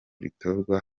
ritorwa